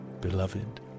beloved